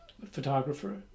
photographer